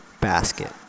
basket